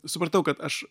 supratau kad aš